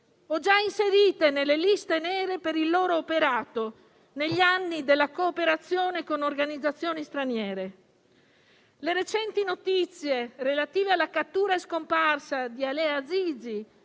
già inserite nelle liste nere per il loro operato negli anni della cooperazione con organizzazioni straniere. Le recenti notizie relative alla cattura e scomparsa di Alia Azizi,